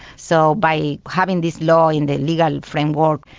so by having this law in the legal framework,